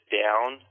down